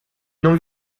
non